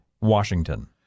Washington